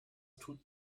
tut